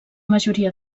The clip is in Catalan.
majoria